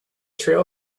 trail